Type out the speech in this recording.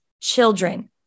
children